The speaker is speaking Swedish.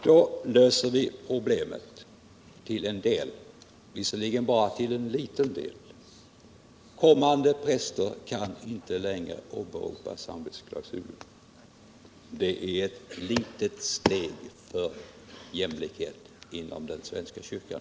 Då löser vi problemet till en del — visserligen bara till en liten del. Kommande präster kan inte längre åberopa samvetsklausulen. Det är ett litet steg för att uppnå jämlikhet inom den svenska kyrkan.